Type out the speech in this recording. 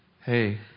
hey